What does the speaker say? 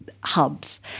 hubs